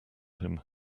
him